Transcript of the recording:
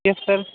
yes sir